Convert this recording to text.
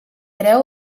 hereu